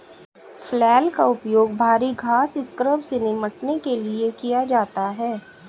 flail का उपयोग भारी घास स्क्रब से निपटने के लिए किया जाता है